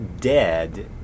dead